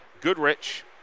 Goodrich